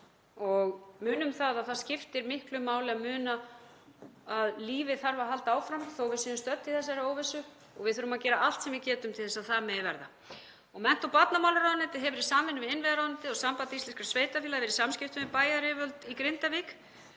íþróttum. Það skiptir miklu máli að muna að lífið þarf að halda áfram þó að við séum stödd í þessari óvissu og við þurfum að gera allt sem við getum til að það megi verða. Mennta- og barnamálaráðuneytið hefur í samvinnu við innviðaráðuneytið og Samband íslenskra sveitarfélaga verið í samskiptum við bæjaryfirvöld í Grindavík.